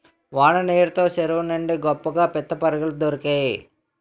వాన నీరు తో సెరువు నిండి గొప్పగా పిత్తపరిగెలు దొరికేయి